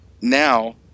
now